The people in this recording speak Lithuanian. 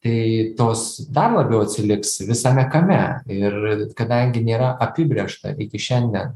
tai tos dar labiau atsiliks visame kame ir kadangi nėra apibrėžta iki šiandien